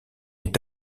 est